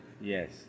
Yes